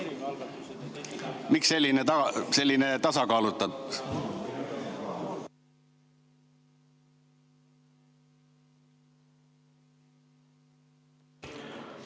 Miks selline tasakaalutus?